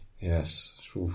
Yes